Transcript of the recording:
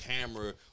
camera